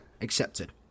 Accepted